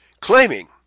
claiming